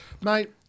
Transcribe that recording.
Mate